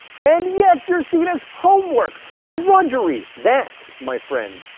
and yet you're seen as homework! drudgery! that, my friend,